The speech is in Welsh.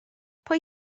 pwy